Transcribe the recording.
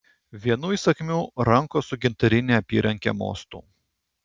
vienu įsakmiu rankos su gintarine apyranke mostu